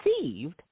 received